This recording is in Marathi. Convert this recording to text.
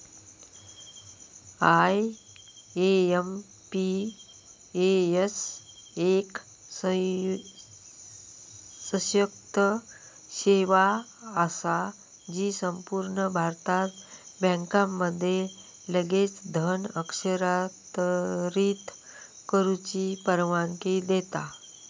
आय.एम.पी.एस एक सशक्त सेवा असा जी संपूर्ण भारतात बँकांमध्ये लगेच धन हस्तांतरित करुची परवानगी देता